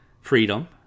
freedom